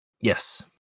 Yes